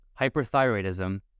hyperthyroidism